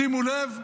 שימו לב: